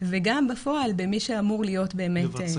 וגם בפועל במי שאמור לבצע.